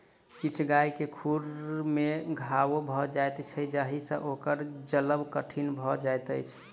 किछु गाय के खुर मे घाओ भ जाइत छै जाहि सँ ओकर चलब कठिन भ जाइत छै